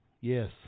Yes